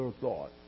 thought